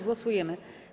Głosujemy.